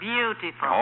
Beautiful